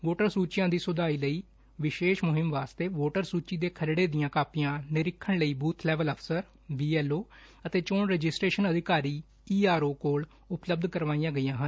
voter ਸੂਚੀਆਂ ਦੀ ਸੁਧਾਈ ਲਈ ਵਿਸ਼ੇਸ਼ ਮੁਹਿਮ ਵਾਸਤੇ ਵੋਟਰ ਸੂਚੀ ਦੇ ਖਰੜੇ ਦੀਆਂ ਕਾਪੀਆਂ ਨਿਰੀਖਣ ਲਈ ਬੂਬ ਲੇਵਲ ਅਫਸਰ ਬੀ ਐਲ ਓ ਅਤੇ ਚੋਣ ਰਜਿਸਟ੍ੇਸ਼ਨ ਅਧਿਕਾਰੀ ਈ ਆਰ ਓ ਕੋਲ ਉਪਲਭਦ ਕਰਵਾਈਆਂ ਗਈਆਂ ਹਨ